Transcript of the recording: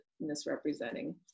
misrepresenting